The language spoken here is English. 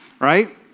Right